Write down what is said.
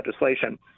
legislation